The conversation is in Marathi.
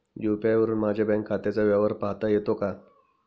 यू.पी.आय वरुन माझ्या बँक खात्याचा व्यवहार पाहता येतो का?